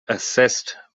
assessed